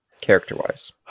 character-wise